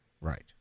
Right